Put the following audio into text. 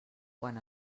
quan